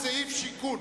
שיכון,